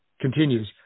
continues